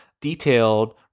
detailed